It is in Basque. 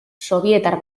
sobietar